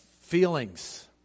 feelings